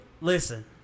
listen